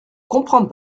comprends